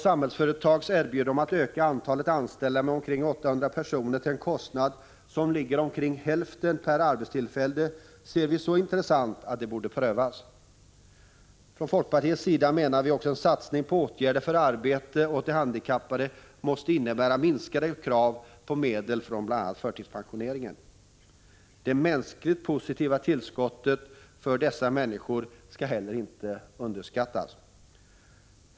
Samhällsföretags erbjudande att utöka antalet anställda med omkring 800 personer till en kostnad som ligger vid omkring hälften per arbetstillfälle ser vi som så intressant att det borde prövas. Från folkpartiets sida menar vi också att en satsning på åtgärder för arbete åt de handikappade måste innebära minskade krav på medel för bl.a. förtidspensionering. Det mänskligt positiva tillskottet för dessa människor skall heller inte underskattas.